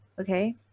okay